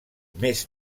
més